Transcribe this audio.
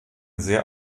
sehr